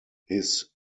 his